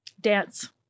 Dance